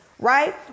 right